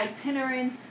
itinerant